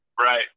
Right